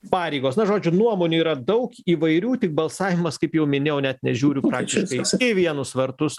pareigos na žodžiu nuomonių yra daug įvairių tik balsavimas kaip jau minėjau net nežiūriu praktiškai į vienus vartus